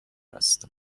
است